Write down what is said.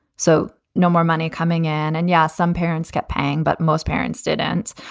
so no more money coming in. and, yeah, some parents kept paying. but most parents didn't.